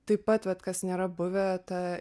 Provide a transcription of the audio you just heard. taip patvat kas nėra buvę ta